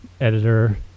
editor